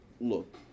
look